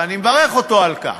ואני מברך אותו על כך,